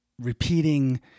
repeating